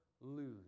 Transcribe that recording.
lose